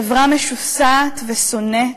חברה משוסעת ושונאת,